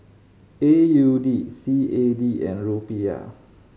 A U D C A D and Rupiah